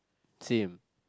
same